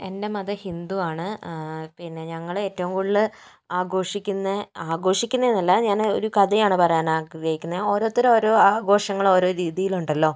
എൻ്റെ മതം ഹിന്ദുവാണ് പിന്നെ ഞങ്ങള് ഏറ്റവും കൂടുതല് ആഘോഷിക്കുന്നത് ആഘോഷിക്കുന്നത് അല്ല ഞാന് ഒരു കഥയാണ് പറയാൻ ആഗ്രഹിക്കുന്നത് ഓരോരുത്തർ ഓരോ ആഘോഷങ്ങൾ ഓരോ രീതിയിൽ ഉണ്ടല്ലോ